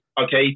Okay